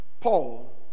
Paul